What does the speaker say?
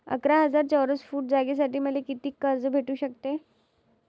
अकरा हजार चौरस फुट जागेसाठी मले कितीक कर्ज भेटू शकते?